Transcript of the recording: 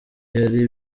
yari